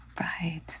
Right